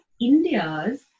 India's